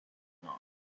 not